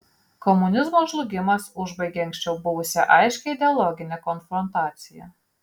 komunizmo žlugimas užbaigė anksčiau buvusią aiškią ideologinę konfrontaciją